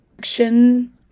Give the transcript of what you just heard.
Action